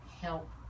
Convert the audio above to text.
help